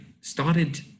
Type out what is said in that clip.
started